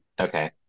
Okay